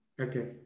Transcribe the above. Okay